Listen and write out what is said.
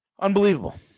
Unbelievable